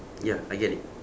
ya I get it